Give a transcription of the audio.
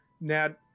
Nad